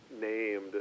named